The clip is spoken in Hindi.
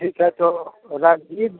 ठीक है तो राजगीर